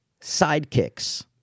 sidekicks